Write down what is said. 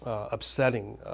upsetting,